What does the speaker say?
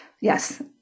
Yes